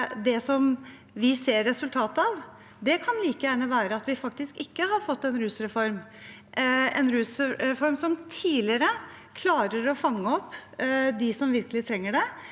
det vi ser resultatet av, kan like gjerne være at vi faktisk ikke har fått en rusreform – en rusreform som klarer å fange opp de som virkelig trenger det,